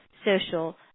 social